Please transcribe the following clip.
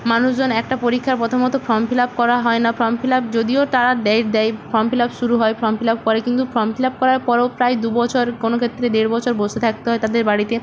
মানুষজন একটা পরীক্ষার প্রথমত ফর্ম ফিলআপ করা হয় না ফর্ম ফিলআপ যদিও তারা ডেট দেয় ফর্ম ফিলআপ শুরু হয় ফর্ম ফিলআপ করে কিন্তু ফর্ম ফিলআপ করার পরেও প্রায় দুবছর কোনো ক্ষেত্রে দেড় বছর বসে থাকতে হয় তাদের বাড়িতে